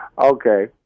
Okay